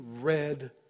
red